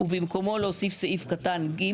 ובמקומו להוסיף סעיף קטן (ג)